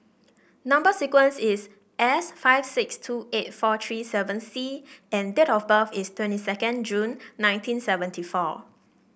number sequence is S five six two eight four three seven C and date of birth is twenty second June nineteen seventy four